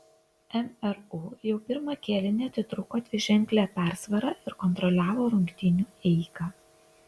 mru jau pirmąjį kėlinį atitrūko dviženkle persvara ir kontroliavo rungtynių eigą